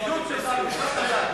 הסיום שלך,